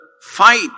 fight